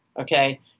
Okay